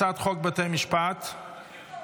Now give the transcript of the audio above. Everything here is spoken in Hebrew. הצעת חוק בתי המשפט (תיקון,